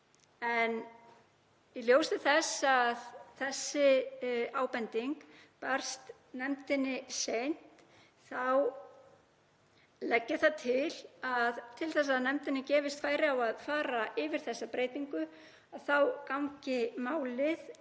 Í ljósi þess að þessi ábending barst nefndinni seint þá legg ég það til, til þess að nefndinni gefist færi á að fara yfir þessa breytingu, þá gangi málið